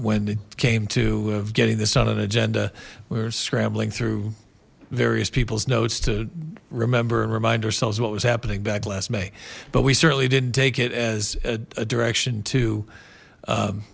when it came to getting this not an agenda we're scrambling through various people's notes to remember and remind ourselves what was happening back last may but we certainly didn't take it as a direction